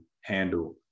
handle